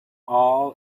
all